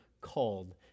called